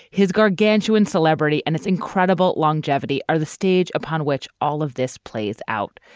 his gargantuan celebrity and its incredible longevity are the stage upon which all of this plays out.